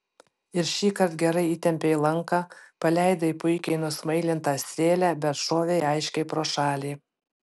ir šįkart gerai įtempei lanką paleidai puikiai nusmailintą strėlę bet šovei aiškiai pro šalį